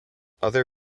other